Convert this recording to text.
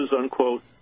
unquote